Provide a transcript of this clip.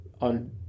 on